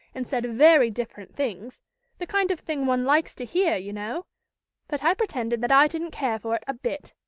and said very different things the kind of thing one likes to hear, you know but i pretended that i didn't care for it a bit.